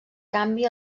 canvi